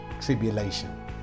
tribulation